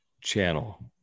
channel